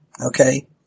Okay